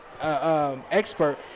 expert